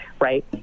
right